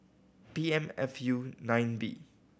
P M F U nine B